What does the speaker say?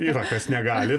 yra kas negali